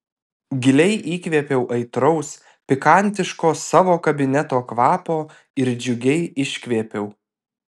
giliai įkvėpiau aitraus pikantiško savo kabineto kvapo ir džiugiai iškvėpiau